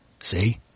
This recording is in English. See